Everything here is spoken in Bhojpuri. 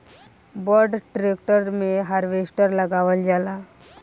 बड़ ट्रेक्टर मे हार्वेस्टर लगावल जाला